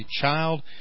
child